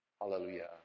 Hallelujah